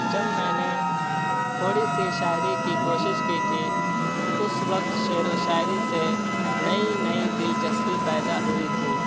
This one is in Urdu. جب میں نے تھوڑی سی شاعری کی کوشش کی تھی اس وقت شعر و شاعری سے نئی نئی دلچسپی پیدا ہوئی تھی